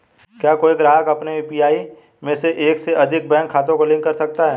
क्या कोई ग्राहक अपने यू.पी.आई में एक से अधिक बैंक खातों को लिंक कर सकता है?